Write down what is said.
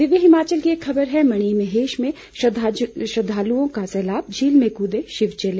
दिव्य हिमाचल की एक खबर है मणिमहेश में श्रद्धालुओं का सैलाब झील में कूदे शिव चेले